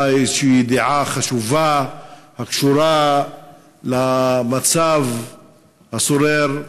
באה איזושהי ידיעה חשובה הקשורה למצב השורר,